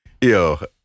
Yo